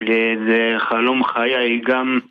איזה חלום חיי גם